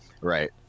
Right